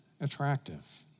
attractive